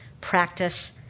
practice